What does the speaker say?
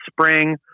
spring